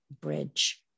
bridge